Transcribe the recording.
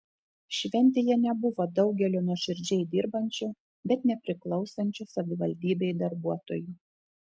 šventėje nebuvo daugelio nuoširdžiai dirbančių bet nepriklausančių savivaldybei darbuotojų